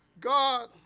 God